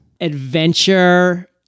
Adventure